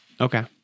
Okay